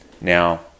Now